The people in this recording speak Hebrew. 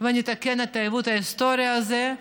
ונתקן את העיוות ההיסטורי הזה,